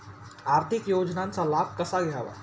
आर्थिक योजनांचा लाभ कसा घ्यावा?